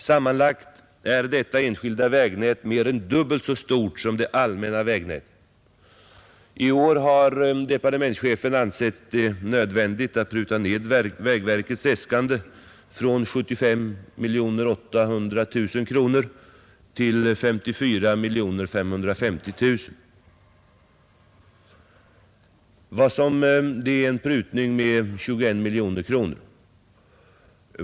Sammanlagt är detta enskilda vägnät mer än dubbelt så stort som det allmänna vägnätet. I år har departementschefen ansett det nödvändigt att pruta ner vägverkets äskanden från 75 800 000 kronor till 54 550 000 kronor. Det är en prutning med 21 miljoner kronor.